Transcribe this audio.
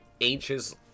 anxious